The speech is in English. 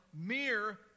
mere